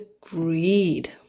greed